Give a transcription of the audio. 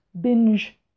binge